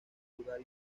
lugar